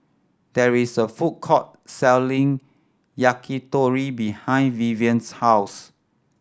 there is a food court selling Yakitori behind Vivien's house